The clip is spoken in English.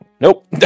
Nope